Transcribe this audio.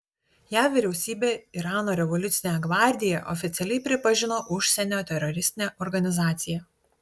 jav vyriausybė irano revoliucinę gvardiją oficialiai pripažino užsienio teroristine organizacija